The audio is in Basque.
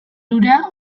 hura